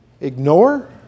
ignore